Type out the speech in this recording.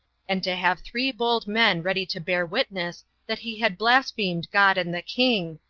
and to have three bold men ready to bear witness that he had blasphemed god and the king,